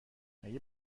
مگه